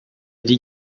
dit